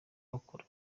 bakora